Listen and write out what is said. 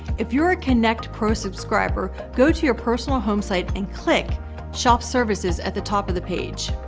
if you're a kynect pro subscriber, go to your personal home site and click shop services at the top of the page.